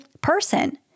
person